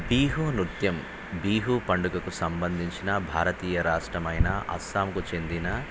బీహూ నుత్యం బీహూ పండుగకు సంబంధించిన భారతీయ రాష్టమైన అస్సాంకు చెందిన